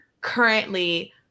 currently